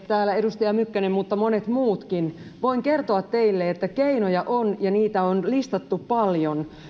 täällä edustaja mykkänen mutta monet muutkin voin kertoa teille että keinoja on ja niitä on listattu paljon